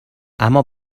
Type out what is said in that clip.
اما